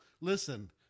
listen